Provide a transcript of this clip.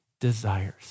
desires